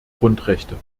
grundrechte